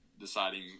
deciding